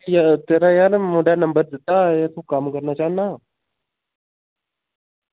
तेरा यार मुड़े नंबर दित्ता हा तू कम्म करना चाह्न्नां